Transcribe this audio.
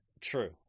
True